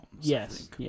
Yes